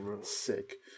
Sick